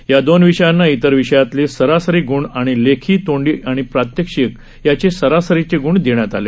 या दोन विषयांना इतर विषयातील सरासरी गूण आणि लेखी तोंडी प्रात्यक्षिक याचे सरासरीचे ग्ण देण्यात आले